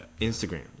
Instagram